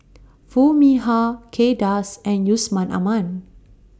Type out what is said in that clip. Foo Mee Har Kay Das and Yusman Aman